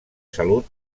salut